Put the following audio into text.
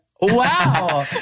wow